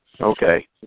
Okay